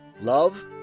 love